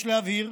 יש להבהיר